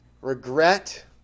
regret